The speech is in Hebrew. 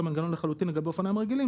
המנגנון לחלוטין לגבי אופניים רגילים,